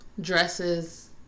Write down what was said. dresses